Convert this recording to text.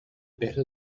better